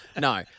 No